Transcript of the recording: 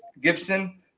Gibson